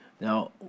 Now